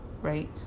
Right